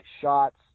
shots